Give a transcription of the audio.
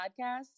podcasts